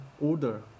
order